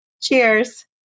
Cheers